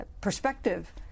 perspective